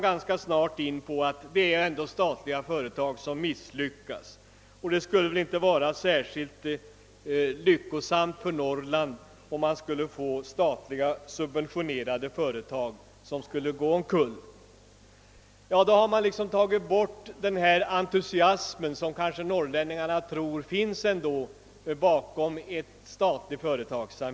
Ganska snart framhåller man emellertid att statliga företag ändå brukar misslyckas och att det inte skulle vara särskilt lyckosamt för Norrland att få statliga subventionerade företag, som så småningom skulle gå omkull. Med denna skrivning har man uttömt den entusiasm för statlig företagsamhet, som norrlänningarna kanske ändå trodde att folkpartiet ville visa.